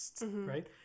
right